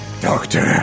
Doctor